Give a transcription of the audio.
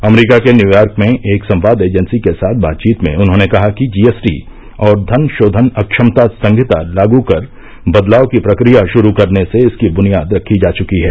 अमरीका के न्यूयार्क में एक संवाद एजेंसी के साथ बातचीत में उन्होंने कहा कि जीएसटी और धन शोधन अक्षमता संहिता लागू कर बदलाव की प्रकिया शुरू करने से इसकी बुनियाद रखी जा चकी है